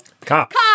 Cops